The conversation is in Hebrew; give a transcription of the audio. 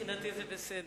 גברתי היושבת-ראש,